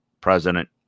president